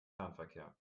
fernverkehr